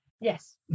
Yes